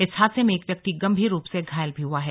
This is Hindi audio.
इस हादसे में एक व्यक्ति गंभीर रूप से घायल भी हुआ है